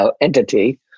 entity